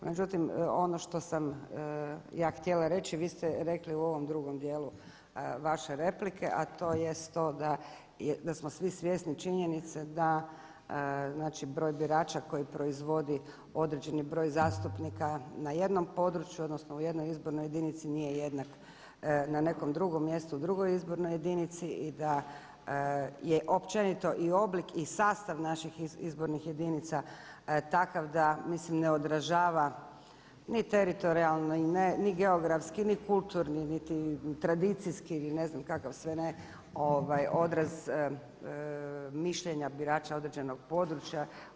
Međutim, ono što sam ja htjela reći vi ste rekli u ovom drugom dijelu vaše replike, a to jest to da smo svi svjesni činjenice da znači broj birača koji proizvodi određeni broj zastupnika na jednom području, odnosno u jednoj izbornoj jedinici nije jednak na nekom drugom mjestu u drugoj izbornoj jedinici i da je općenito i oblik i sastav naših izbornih jedinica takav da mislim ne odražava ni teritorijalni, ni geografski, ni kulturni, niti tradicijski ili ne znam kakav sve ne odraz mišljenja birača određenog područja.